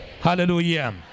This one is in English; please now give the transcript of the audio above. Hallelujah